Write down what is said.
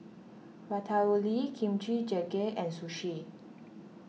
Ratatouille Kimchi Jjigae and Sushi